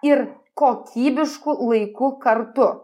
ir kokybišku laiku kartu